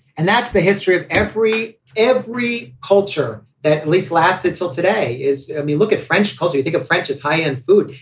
and that's the history of every every culture that least lasted till today is um you look at french culture, you think of french as high end food.